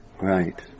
Right